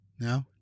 No